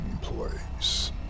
place